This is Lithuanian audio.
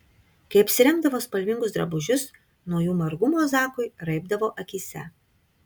kai apsirengdavo spalvingus drabužius nuo jų margumo zakui raibdavo akyse